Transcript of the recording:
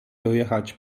dojechać